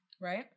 Right